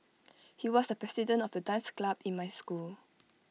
he was the president of the dance club in my school